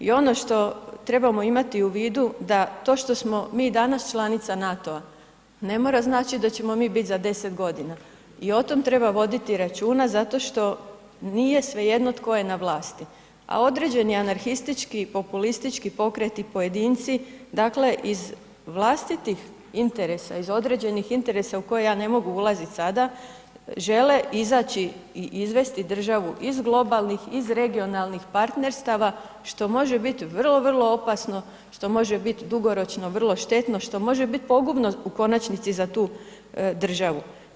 I ono što trebamo imati u vidu da to što smo mi da članica NATO-a ne mora značiti da ćemo mi bit za 10 g. i o tome treba voditi računa zato što nije svejedno tko je na vlasti a određeni anarhistički i populistički pokreti, pojedinci dakle iz vlastitih interesa, iz određenih interesa u koje ja ne mogu ulazit sada, žele izaći i izvesti državu iz globalnih, iz regionalnih partnerstava što može biti vrlo, vrlo opasno, što može biti dugoročno vrlo štetno, što može biti pogubno u konačnici za tu državu.